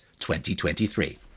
2023